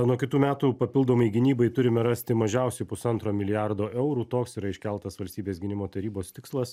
nuo kitų metų papildomai gynybai turime rasti mažiausiai pusantro milijardo eurų toks yra iškeltas valstybės gynimo tarybos tikslas